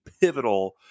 pivotal